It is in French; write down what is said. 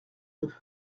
deux